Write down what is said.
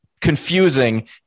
confusing